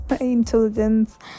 intelligence